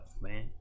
man